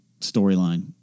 storyline